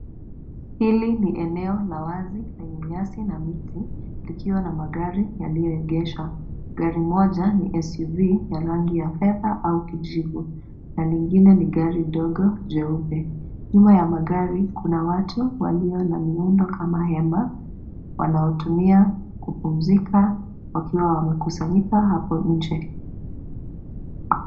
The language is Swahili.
Hili ni eneo la wazi lenye nyasi na miti likiwa na magari yaliyoegeshwa. Gari moja ni SUV ya rangi ya fedha au kijivu na lingine ni gari dogo jeupe. Nyuma ya magari kuna watu walio na muundo kama hema wanaotumia kupumzika wakiwa wamekusanyika hapo nje.